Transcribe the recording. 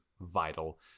vital